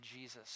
Jesus